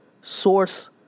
source